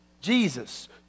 Jesus